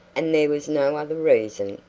and there was no other reason?